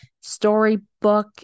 Storybook